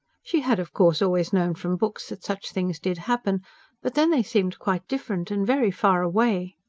she had, of course, always known from books that such things did happen but then they seemed quite different, and very far away.